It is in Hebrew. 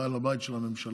בעל הבית של הממשלה,